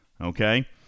Okay